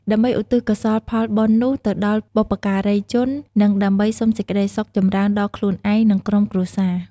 ដើម្បីឧទ្ទិសកុសលផលបុណ្យនោះទៅដល់បុព្វការីជន និងដើម្បីសុំសេចក្តីសុខចម្រើនដល់ខ្លួនឯង និងក្រុមគ្រួសារ។